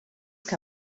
que